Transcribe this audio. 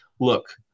look